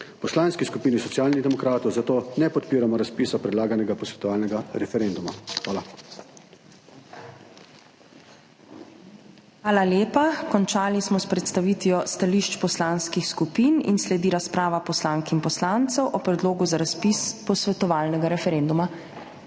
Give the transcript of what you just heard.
Poslanski skupini Socialnih demokratov zato ne podpiramo razpisa predlaganega posvetovalnega referenduma. Hvala. **PREDSEDNICA MAG. URŠKA KLAKOČAR ZUPANČIČ:** Hvala lepa. Končali smo s predstavitvijo stališč poslanskih skupin in sledi razprava poslank in poslancev o predlogu za razpis posvetovalnega referenduma.